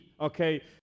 okay